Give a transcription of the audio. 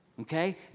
okay